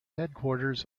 headquarters